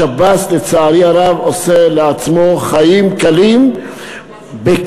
השב"ס, לצערי הרב, עושה לעצמו חיים קלים בכך,